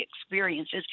experiences